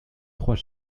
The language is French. trois